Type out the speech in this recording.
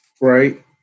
right